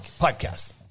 podcast